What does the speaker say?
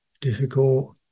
difficult